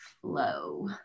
flow